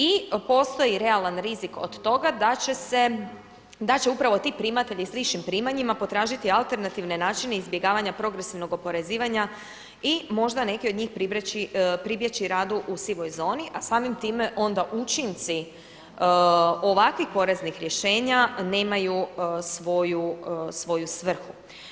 I postoji realan rizik od toga da će se, da će upravo ti primatelji s višim primanjima potražiti alternativne načine izbjegavanja progresivnog oporezivanja i možda neki od njih pribjeći radu u sivoj zoni, a samim time onda učinci ovakvih poreznih rješenja nemaju svoju svrhu.